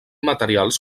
materials